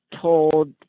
told